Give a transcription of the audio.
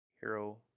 hero